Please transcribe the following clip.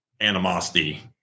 animosity